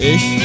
Ich